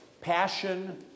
Passion